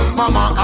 mama